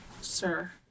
Sir